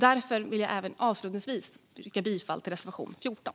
Därför vill jag avslutningsvis yrka bifall till reservation 14.